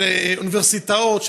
של אוניברסיטאות,